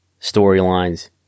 storylines